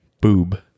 Boob